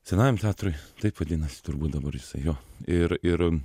senajam teatrui taip vadinasi turbūt dabar jisai jo ir ir